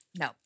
No